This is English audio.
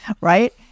Right